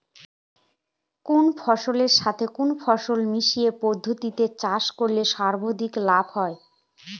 কোন ফসলের সাথে কোন ফসল মিশ্র পদ্ধতিতে চাষ করলে সর্বাধিক লাভ হবে?